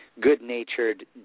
good-natured